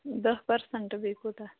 دَہ پٔرسَنٹ بیٚیہِ کوٗتاہ